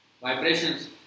vibrations